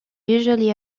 usually